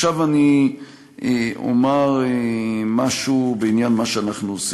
עכשיו אומר משהו בעניין מה שאנחנו עושים.